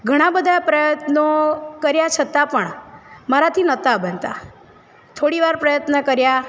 ઘણા બધા પ્રયત્નો કર્યા છતાં પણ મારાંથી નહોતા બનતા થોડી વાર પ્રયત્ન કર્યા